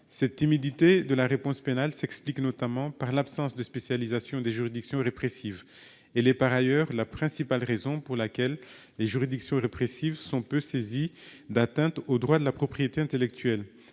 Cette timidité de la réponse pénale s'explique notamment par l'absence de spécialisation des juridictions répressives. Elle est par ailleurs la principale raison pour laquelle les juridictions répressives sont peu saisies d'atteintes aux droits de la propriété intellectuelle.